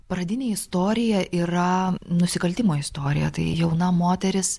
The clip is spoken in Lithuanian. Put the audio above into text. pradinė istorija yra nusikaltimo istorija tai jauna moteris